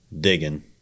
digging